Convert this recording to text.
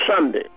Sunday